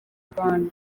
rwanda